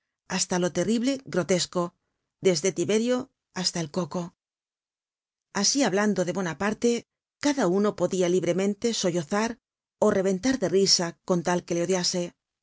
hasta lo terrible grotesco desde tiberio hasta el coco asi hablando de bonaparte ca da uno podia libremente sollozar ó reventar de risa con tal que le